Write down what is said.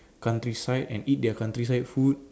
countryside and eat their countryside food